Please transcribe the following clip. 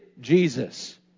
Jesus